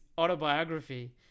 autobiography